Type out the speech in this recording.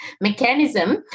mechanism